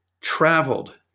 traveled